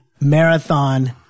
marathon